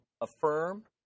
affirm